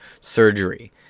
surgery